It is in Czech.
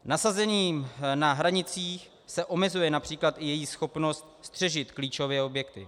Nasazením na hranicích se omezuje např. i její schopnost střežit klíčové objekty.